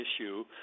issue